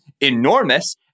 enormous